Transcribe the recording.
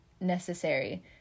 necessary